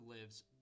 lives